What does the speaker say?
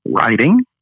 Writing